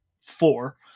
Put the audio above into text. four